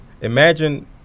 Imagine